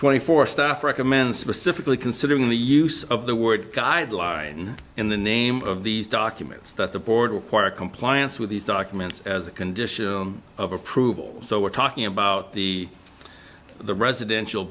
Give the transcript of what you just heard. twenty four stuff recommend specifically considering the use of the word guideline in the name of these documents that the board require compliance with these documents as a condition of approval so we're talking about the the residential